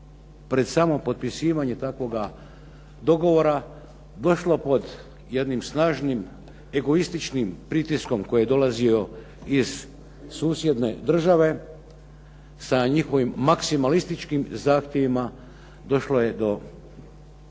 pred samo potpisivanje takvoga dogovora došlo pod jednim snažnim egoističnim pritiskom koji je dolazio iz susjedne države sa njihovim maksimalističkim zahtjevima došlo je do